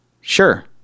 sure